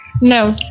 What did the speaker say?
No